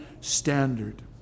standard